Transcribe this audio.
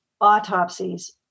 autopsies